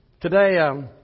Today